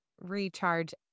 recharge